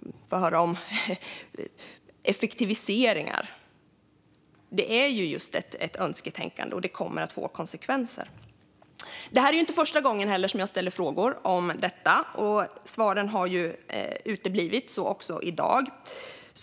Vi får höra om effektiviseringar. Det är just ett önsketänkande, och det kommer att få konsekvenser. Detta är inte heller första gången som jag ställer frågor om detta, och svaren har ju uteblivit, så också i dag.